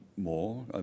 more